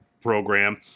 program